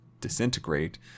disintegrate